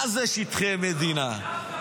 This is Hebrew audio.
מה זה שטחי מדינה?